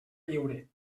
lliure